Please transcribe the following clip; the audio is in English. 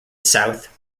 south